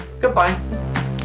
goodbye